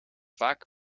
vaak